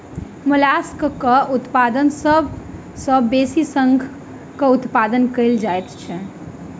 मोलास्कक उत्पादन मे सभ सॅ बेसी शंखक उत्पादन कएल जाइत छै